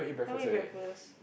haven't eat breakfast